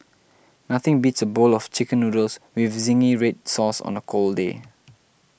nothing beats a bowl of Chicken Noodles with Zingy Red Sauce on a cold day